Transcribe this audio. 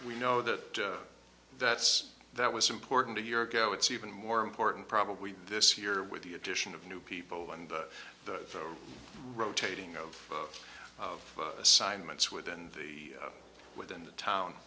we know that that's that was important a year ago it's even more important probably this year with the addition of new people and the rotating of of assignments within the within the town